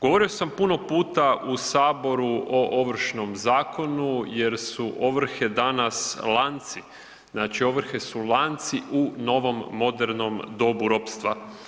Govorio sam puno puta u Saboru o Ovršnom zakonu jer su ovrhe danas lanci, znači ovrhe su lanci u novom modernom dobu ropstva.